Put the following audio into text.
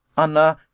anna,